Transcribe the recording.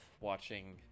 Watching